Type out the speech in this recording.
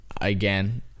again